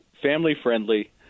family-friendly